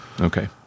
Okay